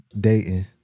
Dating